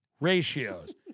Ratios